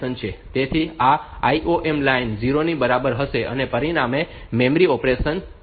તેથી આ IOM line 0 ની બરાબર હશે અને પરિણામે આ મેમરી ઓપરેશન છે